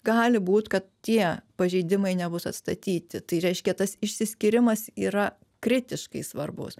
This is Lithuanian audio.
gali būt kad tie pažeidimai nebus atstatyti tai reiškia tas išsiskyrimas yra kritiškai svarbus